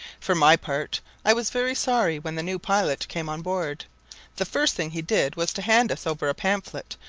for my part i was very sorry when the new pilot came on board the first thing he did was to hand us over a pamphlet,